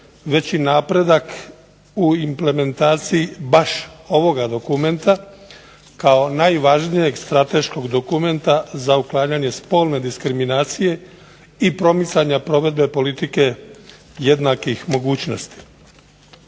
već i napredak u implementaciji baš ovoga dokumenta kao najvažnijeg strateškog dokumenta za uklanjanje spolne diskriminacije i promicanja provedbe politike jednakih mogućnosti.